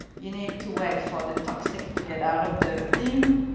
you need to wait for the toxic to get out of the thing.